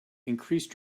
increased